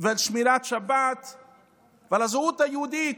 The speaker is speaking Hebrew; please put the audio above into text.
ועל שמירת שבת ועל הזהות היהודית,